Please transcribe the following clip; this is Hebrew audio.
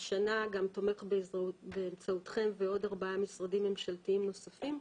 והשנה גם תומך באמצעותכם ועוד ארבעה משרדים ממשלתיים נוספים,